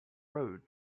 road